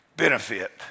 Benefit